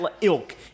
ilk